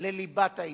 לליבת העניין.